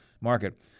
Market